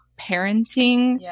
parenting